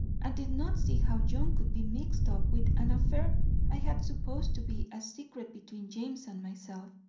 and did not see how john could be mixed up with an affair i had supposed to be a secret between james and myself,